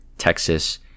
Texas